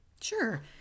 Sure